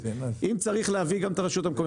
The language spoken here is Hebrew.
אם צריך אז גם להביא את הרשויות המקומיות